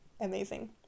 amazing